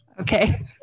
Okay